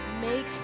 Make